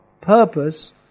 purpose